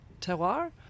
terroir